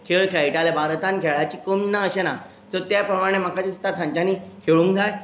खेळ खेळटाले भारतान खेळाची कमी ना अशें ना सो त्या प्रमाणे म्हाका दिसता तांच्यानी खेळूंक जाय